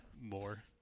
more